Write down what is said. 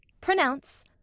Pronounce